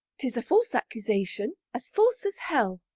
tis a false accusation, as false as hell,